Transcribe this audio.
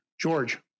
George